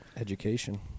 Education